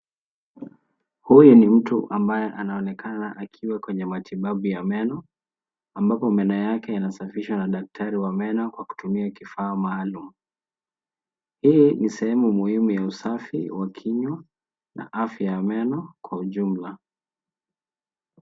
Huyu ni mtu ambaye anaonekana akiwa kwenye matibabu ya meno, ambapo meno yake inasafishwa na daktari wa meno kwa kutumia kifaa maalum. Hii ni sehemu muhimu ya usafi wa kinywa na afya ya meno kwa ujumla.